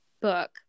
book